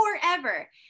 forever